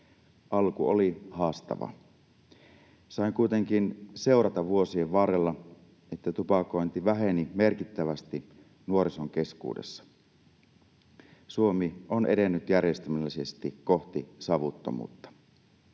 Alku oli haastava. Sain kuitenkin vuosien varrella seurata, että tupakointi väheni merkittävästi nuorison keskuudessa. Suomi on edennyt järjestelmällisesti kohti savuttomuutta.